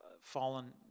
fallen